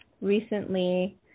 recently